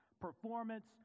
performance